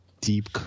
deep